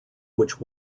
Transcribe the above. which